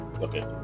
Okay